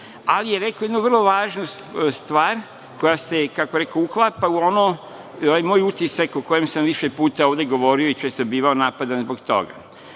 ali je rekao jednu vrlo važnu stvar koja se, kako je rekao, uklapa u ovaj moj utisak o kojem sam više puta govorio i često bivao napadan zbog toga.